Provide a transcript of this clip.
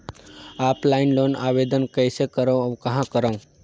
Offline loan आवेदन कइसे करो और कहाँ करो?